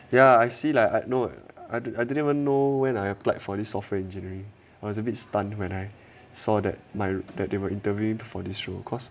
ya I see like I know I I didn't even know when I applied for this software engineering I was a bit stunned when I saw that my that they were interviewed for this this role